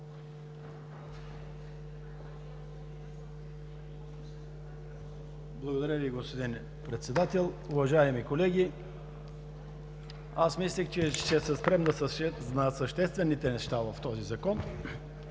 Благодаря Ви, господин Председател. Уважаеми колеги, аз мислех, че ще се спрем на съществените неща в този закон,